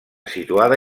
situada